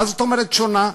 מה זאת אומרת שונה?